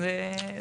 אז אפשר.